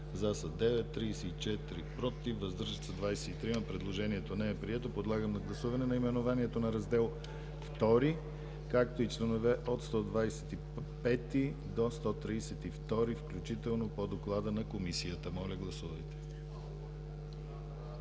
за 9, против 34, въздържали се 23. Предложението не е прието. Подлагам на гласуване наименованието на Раздел II, както и членове от 125 до 132 включително по доклада на Комисията. Гласували